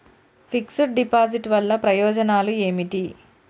Fix డ్ deposit వల్ల ప్రయోజనాలు ఏమిటి?